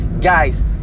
Guys